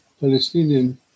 Palestinian